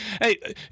Hey